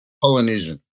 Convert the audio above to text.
Polynesian